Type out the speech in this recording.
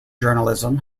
journalism